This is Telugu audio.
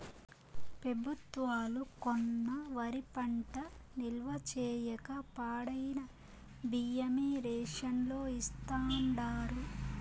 పెబుత్వాలు కొన్న వరి పంట నిల్వ చేయక పాడైన బియ్యమే రేషన్ లో ఇస్తాండారు